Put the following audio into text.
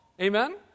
Amen